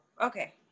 okay